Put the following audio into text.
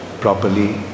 properly